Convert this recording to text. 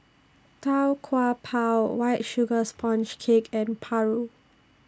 Tau Kwa Pau White Sugar Sponge Cake and Paru